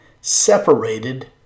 separated